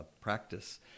practice